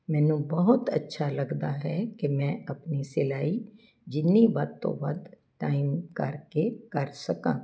ਮੈਨੂੰ ਬਹੁਤ ਅੱਛਾ ਲੱਗਦਾ ਹੈ ਕਿ ਮੈਂ ਆਪਣੀ ਸਿਲਾਈ ਜਿੰਨੀ ਵੱਧ ਤੋਂ ਵੱਧ ਟਾਈਮ ਕੱਢ ਕੇ ਕਰ ਸਕਾਂ